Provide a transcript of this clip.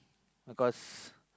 because